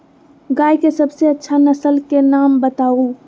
गाय के सबसे अच्छा नसल के नाम बताऊ?